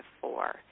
four